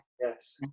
yes